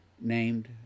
named